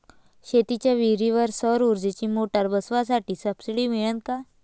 शेतीच्या विहीरीवर सौर ऊर्जेची मोटार बसवासाठी सबसीडी मिळन का?